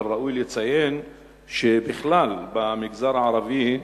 אבל ראוי לציין שבכלל במגזר הערבי,